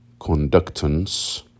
conductance